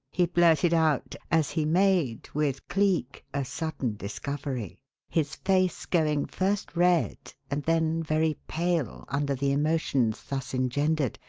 he blurted out as he made with cleek a sudden discovery his face going first red and then very pale under the emotions thus engendered.